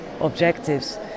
objectives